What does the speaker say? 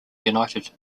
united